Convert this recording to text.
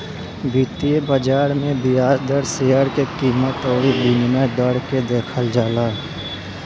वित्तीय बाजार में बियाज दर, शेयर के कीमत अउरी विनिमय दर के देखल जाला